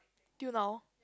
till now